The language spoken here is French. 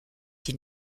qui